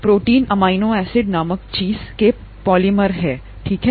protein amino acid नामक चीज़ के पॉलिमर हैं ठीक है